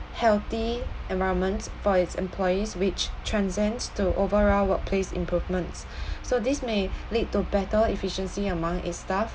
healthy environment for its employees which transcends to overall workplace improvements so this may lead to better efficiency among its staff